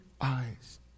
eyes